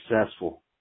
successful